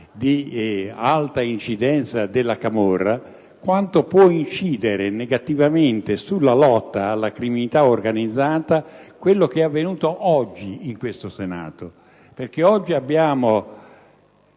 un'alta incidenza della camorra, su quanto può incidere negativamente sulla lotta alla criminalità organizzata quello che è avvenuto oggi al Senato. Oggi, infatti, abbiamo